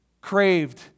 craved